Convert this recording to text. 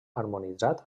harmonitzat